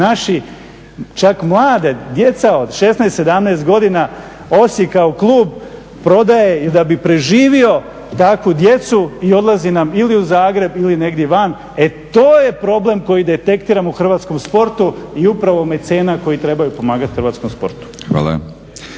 naši, čak mlade, djeca od 16, 17 godina Osijek kao klub prodaje i da bi preživio takvu djecu i odlazi nam ili u Zagreb ili negdje van, e to je problem koji detektiramo u hrvatskom sportu i upravo mecena koji trebaju pomagati hrvatskom sportu.